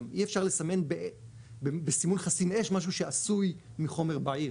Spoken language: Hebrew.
גם אי אפשר לסמן בסימון חסין אש משהו שעשוי מחומר בעיר.